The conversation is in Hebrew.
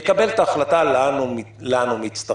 יקבל את ההחלטה לאן הוא מצטרף.